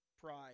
pride